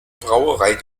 brauerei